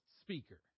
speaker